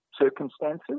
circumstances